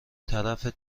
طرف